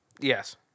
Yes